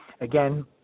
Again